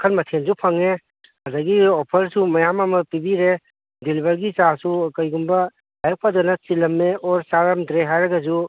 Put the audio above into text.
ꯃꯈꯟ ꯃꯊꯦꯟꯁꯨ ꯐꯪꯉꯦ ꯑꯗꯒꯤ ꯑꯣꯐꯔꯁꯨ ꯃꯌꯥꯝ ꯑꯃ ꯄꯤꯕꯤꯔꯦ ꯗꯦꯂꯤꯕꯔꯤꯒꯤ ꯆꯥꯔꯖꯁꯨ ꯀꯩꯒꯨꯝꯕ ꯂꯥꯏꯕꯛ ꯐꯗꯅ ꯆꯤꯜꯂꯝꯃꯦ ꯑꯣꯔ ꯆꯥꯔꯝꯗ꯭ꯔꯦ ꯍꯥꯏꯔꯒꯁꯨ